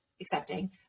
accepting